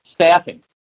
Staffing